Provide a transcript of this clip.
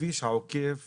בכביש העוקף